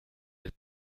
del